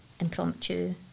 impromptu